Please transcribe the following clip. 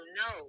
no